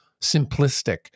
simplistic